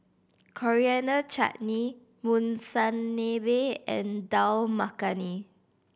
Coriander Chutney Monsunabe and Dal Makhani